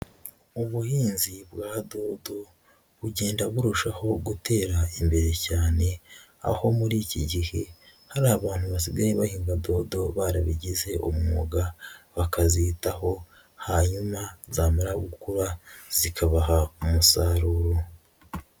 Ubuhinzi bwa dodo bugenda burushaho gutera imbere cyane, aho muri iki gihe hari abantu basigaye bahinga dodo barabigize umwuga, bakazitaho, hanyuma zamara gukura zikabaha umusaruro.